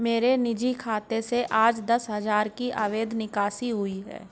मेरे निजी खाते से आज दस हजार की अवैध निकासी हुई है